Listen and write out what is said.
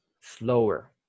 slower